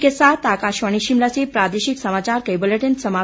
इसी के साथ आकाशवाणी शिमला से प्रादेशिक समाचार का ये बुलेटिन समाप्त हुआ